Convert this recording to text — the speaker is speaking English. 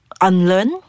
unlearn